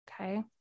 Okay